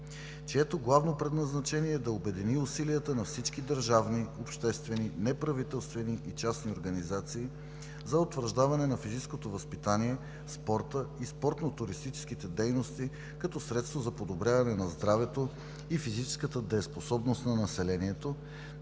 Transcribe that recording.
чието главно предназначение е да обедини усилията на всички държавни, обществени, неправителствени и частни организации за утвърждаване на физическото възпитание, спорта и спортно туристическите дейности като средство за подобряване на здравето и физическата дееспособност на населението,